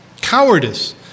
Cowardice